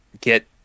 get